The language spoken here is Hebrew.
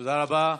תודה רבה.